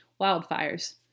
wildfires